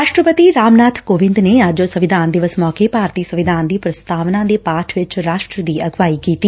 ਰਾਸ਼ਟਰਪਤੀ ਰਾਮ ਨਾਬ ਕੋਵਿੰਦ ਨੇ ਅੱਜ ਸੰਵਿਧਾਨ ਦਿਵਸ ਮੌਕੇ ਭਾਰਤੀ ਸੰਵਿਧਾਨ ਦੀ ਪ੍ਸਾਤਵਨਾ ਦੇ ਪਾਠ ਵਿਚ ਰਾਸ਼ਟਰ ਦੀ ਅਗਵਾਈ ਕੀਤੀ